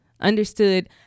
understood